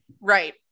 Right